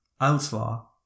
outlaw